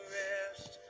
rest